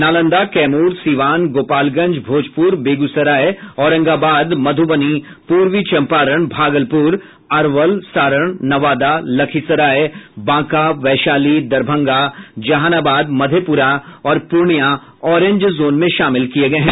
नालंदा कैम्र सिवान गोपालगंज भोजपुर बेगूसराय औरंगाबाद मधूबनी पूर्वी चंपारण भागलपुर अरवल सारण नवादा लखीसराय बांका वैशाली दरभंगा जहानाबाद मधेपुरा और Purnia orange zone में शामिल किये गये हैं